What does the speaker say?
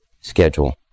schedule